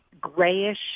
grayish